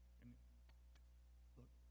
Look